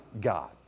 God